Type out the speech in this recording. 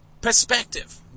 perspective